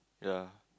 ya